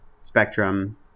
spectrum